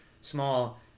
small